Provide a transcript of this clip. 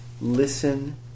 listen